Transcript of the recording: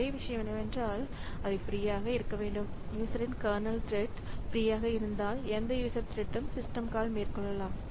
ஒரே விஷயம் என்னவென்றால் அவை ஃப்ரீயாக இருக்க வேண்டும் யூசரின் கர்னல் த்ரெட் ஃப்ரீயாக இருந்தால் எந்த யூசர் த்ரெட்ம் சிஸ்டம் கால் மேற்கொள்ளலாம்